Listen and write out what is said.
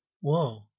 whoa